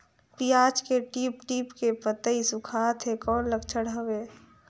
पियाज के टीप टीप के पतई सुखात हे कौन लक्षण हवे?